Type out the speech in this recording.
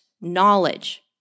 knowledge